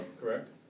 correct